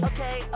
Okay